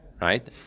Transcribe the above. right